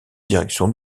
direction